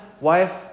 wife